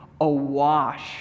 awash